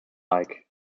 like